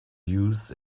used